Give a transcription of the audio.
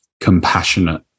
compassionate